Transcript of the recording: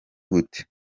gute